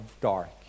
dark